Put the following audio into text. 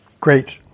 great